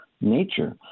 nature